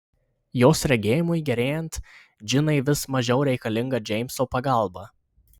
jos regėjimui gerėjant džinai vis mažiau reikalinga džeimso pagalba